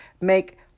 make